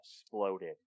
exploded